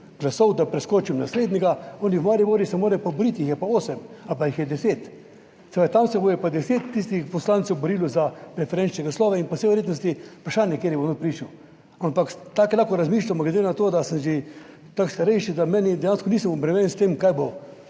glasov, da preskočim naslednjega, oni v Mariboru se morajo pa boriti, jih je pa osem ali pa jih je deset. Se pravi, tam se bo pa deset tistih poslancev borilo za preferenčne glasove in po vsej verjetnosti vprašanje kateri bo noter prišel. Ampak tako lahko razmišljamo, glede na to, da sem že tako starejši, da meni dejansko nisem obremenjen s tem, kaj bo.